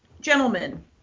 gentlemen